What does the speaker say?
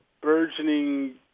burgeoning